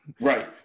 Right